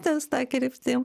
ties ta kryptim